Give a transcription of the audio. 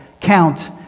count